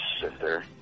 sister